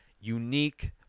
unique